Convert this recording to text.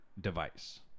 device